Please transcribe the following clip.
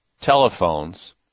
telephones